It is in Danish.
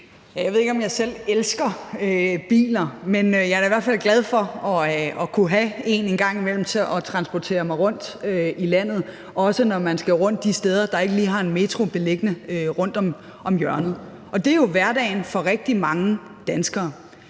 Jeg ved ikke, om jeg selv elsker biler, men jeg er da i hvert fald glad for at kunne have en en gang imellem til at transportere mig rundt i landet, også når man skal rundt de steder, der ikke lige har en metro beliggende rundt om hjørnet. Og det er jo hverdagen for rigtig mange danskere.